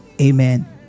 Amen